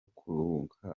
kuruhuka